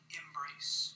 embrace